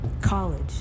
college